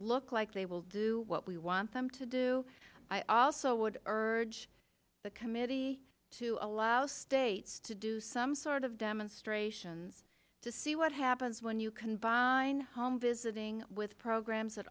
look like they will do what we want them to do i also would urge the committee to allow states to do some sort of demonstrations to see what happens when you combine home visiting with programs that